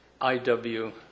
IW